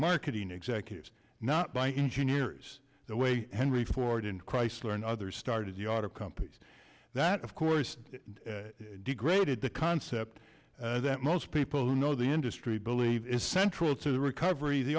marketing executives not by engineers the way henry ford and chrysler and others started the auto companies that of course degraded the concept that most people who know the industry believe is central to the recovery the